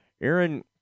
Aaron